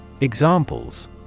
Examples